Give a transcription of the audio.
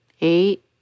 eight